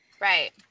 right